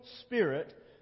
spirit